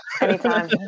Anytime